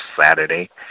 Saturday